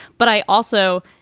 but i also,